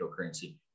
cryptocurrency